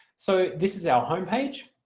so this is our homepage.